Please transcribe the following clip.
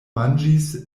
manĝis